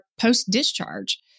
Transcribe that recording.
post-discharge